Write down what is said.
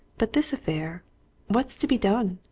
but this affair what's to be done?